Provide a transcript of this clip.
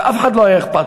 ולאף אחד לא היה אכפת.